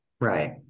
Right